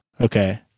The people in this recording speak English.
Okay